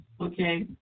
Okay